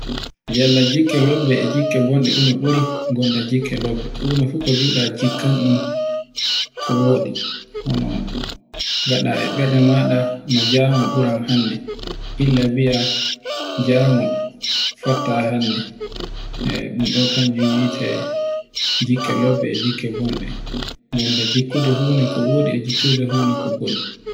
Yalla jikka lobbe e bone dume ɓuri. Gonda jikka lobbe fu huna fu ko njida jikkanno ko woɗi gaɗe e ɓernde maɗa no jango ɓuran hannde. Illa biya jango fottayi hannde e ɗun ɗo kanjum mi yiete jika lobbe e jika bone. Gonda jikkundd funa bofu ko wadi e jikkunde funa ko boni.